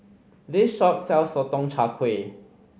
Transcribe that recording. this shop sells Sotong Char Kway